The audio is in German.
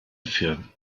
für